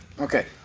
Okay